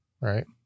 Right